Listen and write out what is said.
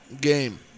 game